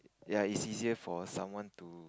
ya it's easier for someone to